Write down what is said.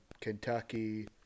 Kentucky